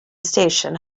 station